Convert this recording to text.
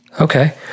Okay